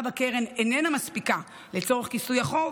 בקרן איננה מספיקה לצורך כיסוי החוב,